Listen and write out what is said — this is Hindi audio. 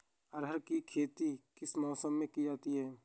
अरहर की खेती किस मौसम में की जाती है?